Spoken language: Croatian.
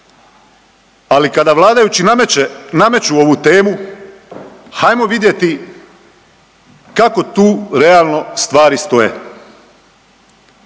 Ali kada vladajući nameće, nameću ovu temu hajmo vidjeti kako tu realno stvari stoje.